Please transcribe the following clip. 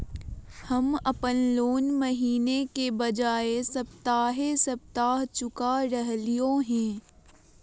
हम अप्पन लोन महीने के बजाय सप्ताहे सप्ताह चुका रहलिओ हें